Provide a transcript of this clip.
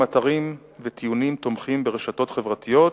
אתרים וטיעונים תומכים ברשתות חברתיות,